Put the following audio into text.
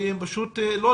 האחראיים לא לאפשר